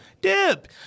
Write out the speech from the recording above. Dip